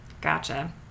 gotcha